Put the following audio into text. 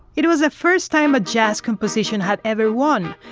it was the first time a jazz composition had ever won.